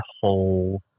whole